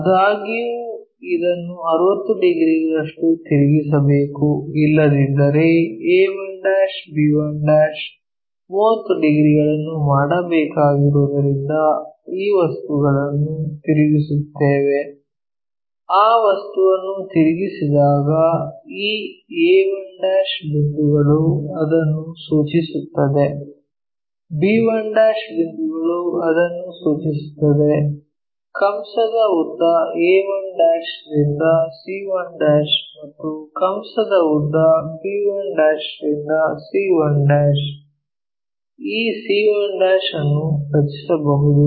ಆದಾಗ್ಯೂ ಇದನ್ನು 60 ಡಿಗ್ರಿಗಳಷ್ಟು ತಿರುಗಿಸಬೇಕು ಇಲ್ಲದಿದ್ದರೆ a1 b1 30 ಡಿಗ್ರಿಗಳನ್ನು ಮಾಡಬೇಕಾಗಿರುವುದರಿಂದ ಈ ವಸ್ತುವನ್ನು ತಿರುಗಿಸುತ್ತೇವೆ ಆ ವಸ್ತುವನ್ನು ತಿರುಗಿಸಿದಾಗ ಈ a1' ಬಿಂದುಗಳು ಅದನ್ನು ಸೂಚಿಸುತ್ತದೆ b1 ಬಿಂದುಗಳು ಅದನ್ನು ಸೂಚಿಸುತ್ತದೆ ಕಂಸದ ಉದ್ದ a1' ರಿಂದ c1' ಮತ್ತು ಕಂಸದ ಉದ್ದ b1 ರಿಂದ c1 ಈ c1' ಅನ್ನು ರಚಿಸಬಹುದು